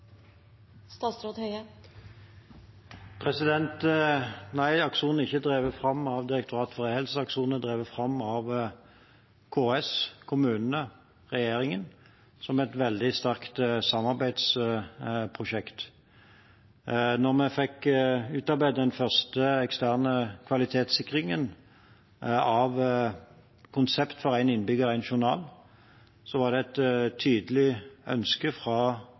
ikke drevet fram av Direktoratet for e-helse. Akson er drevet fram av KS, kommunene og regjeringen som et veldig sterkt samarbeidsprosjekt. Da vi fikk utarbeidet den første eksterne kvalitetssikringen av konsept for Én innbygger – én journal, var det et tydelig ønske fra